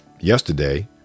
yesterday